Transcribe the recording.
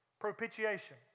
propitiation